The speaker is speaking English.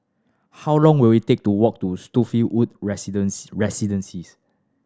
how long will it take to walk to Spottiswoode Residence Residences